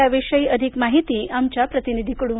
याविषयी अधिक माहिती आमच्या प्रतिनिधीकडून